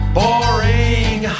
boring